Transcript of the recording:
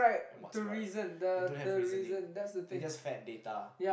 and what's right they don't reasoning they just fed data